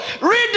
Read